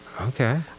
Okay